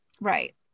Right